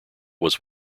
was